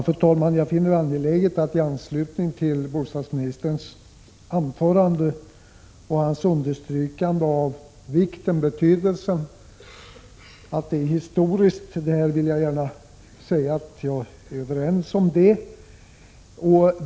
Fru talman! Bostadsministern underströk i sitt anförande betydelsen av det nu framlagda förslaget och sade att det var historiskt, och jag finner det angeläget att säga att jag är överens med honom om det.